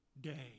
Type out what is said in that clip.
day